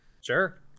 Sure